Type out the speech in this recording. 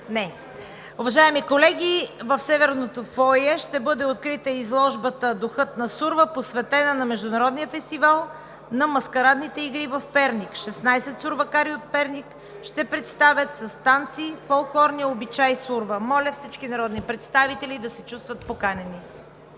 Уважаеми колеги, в Северното фоайе ще бъде открита изложбата „Духът на сурва“, посветена на Международния фестивал на маскарадните игри в Перник. Шестнадесет сурвакари от Перник ще представят с танци фолклорния обичай „Сурва“. Моля, всички народни представители да се чувстват поканени.